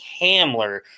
Hamler